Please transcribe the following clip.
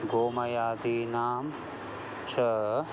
गोमयादीनां च